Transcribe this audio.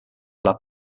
alla